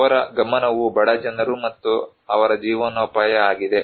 ಅವರ ಗಮನವು ಬಡ ಜನರು ಮತ್ತು ಅವರ ಜೀವನೋಪಾಯ ಆಗಿದೆ